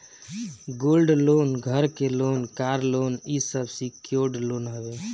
gold loan, घर के loan, car loan इ सब सिक्योर्ड लोन हवे